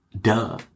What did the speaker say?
Duh